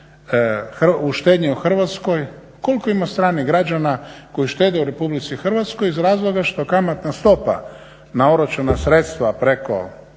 u štednji o Hrvatskoj, koliko ima stranih građana koji štede u Republici Hrvatskoj iz razloga što kamatna stopa na oročena sredstva preko